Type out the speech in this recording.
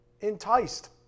enticed